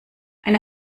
eine